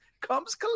comes